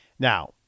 Now